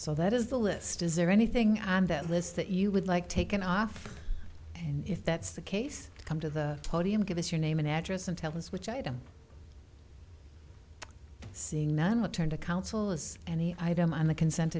so that is the list is there anything on that list that you would like taken off and if that's the case come to the podium give us your name and address and tell us which item seeing none would turn to council as any item on the consent